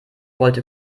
wollte